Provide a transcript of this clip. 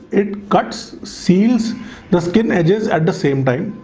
it cuts seals the skin edges. at the same time,